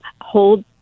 hold